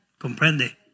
Comprende